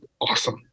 awesome